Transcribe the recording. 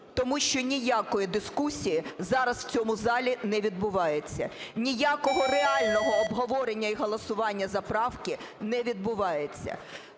Тому що ніякої дискусії зараз в цьому залі не відбувається. Ніякого реального обговорення і голосування за правки не відбувається.